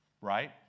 right